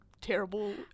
terrible